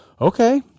okay